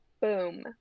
boom